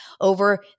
over